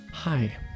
Hi